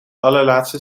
allerlaatste